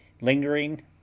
lingering